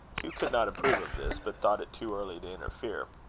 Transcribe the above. hugh could not approve of this, but thought it too early to interfere.